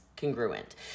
congruent